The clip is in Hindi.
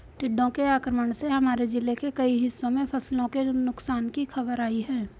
टिड्डों के आक्रमण से हमारे जिले के कई हिस्सों में फसलों के नुकसान की खबर आई है